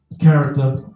character